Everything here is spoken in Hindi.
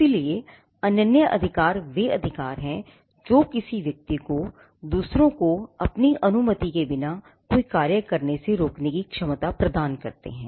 इसलिए अनन्य अधिकार वे अधिकार हैं जो किसी व्यक्ति को दूसरों को अपनी अनुमति के बिना कोई कार्य करने से रोकने की क्षमता प्रदान करते हैं